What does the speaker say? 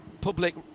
public